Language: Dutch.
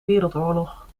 wereldoorlog